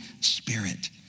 Spirit